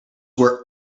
were